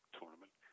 tournament